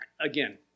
Again